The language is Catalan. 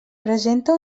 presenta